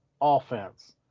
offense